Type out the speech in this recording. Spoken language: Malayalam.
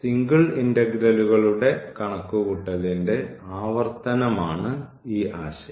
സിംഗിൾ ഇന്റഗ്രലുകളുടെ കണക്കുകൂട്ടലിന്റെ ആവർത്തനമാണ് ഈ ആശയം